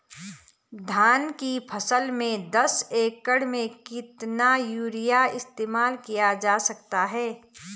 धान की फसल में दस एकड़ में कितना यूरिया इस्तेमाल किया जा सकता है?